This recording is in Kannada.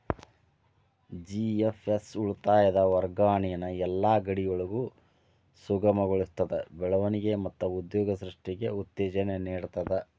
ಜಿ.ಎಫ್.ಎಸ್ ಉಳಿತಾಯದ್ ವರ್ಗಾವಣಿನ ಯೆಲ್ಲಾ ಗಡಿಯೊಳಗು ಸುಗಮಗೊಳಿಸ್ತದ, ಬೆಳವಣಿಗೆ ಮತ್ತ ಉದ್ಯೋಗ ಸೃಷ್ಟಿಗೆ ಉತ್ತೇಜನ ನೇಡ್ತದ